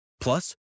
Plus